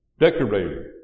decorated